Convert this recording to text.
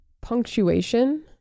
punctuation